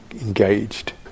engaged